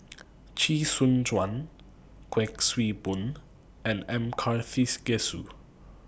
Chee Soon Juan Kuik Swee Boon and M Karthigesu